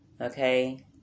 Okay